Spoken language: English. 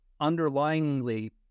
underlyingly